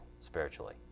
spiritually